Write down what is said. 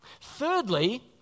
Thirdly